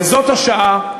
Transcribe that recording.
וזאת השעה,